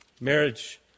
Marriage